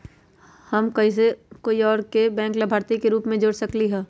हम कैसे कोई और के बैंक लाभार्थी के रूप में जोर सकली ह?